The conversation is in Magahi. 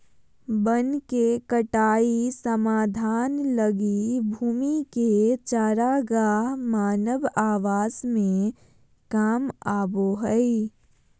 वन के कटाई समाधान लगी भूमि के चरागाह मानव आवास में काम आबो हइ